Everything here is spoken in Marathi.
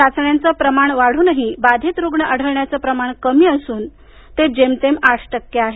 चाचण्यांचे प्रमाण वाढूनही बाधित रुग्ण आढळण्याचे प्रमाण कमी असून ते जेमतेम आठ टक्के आहे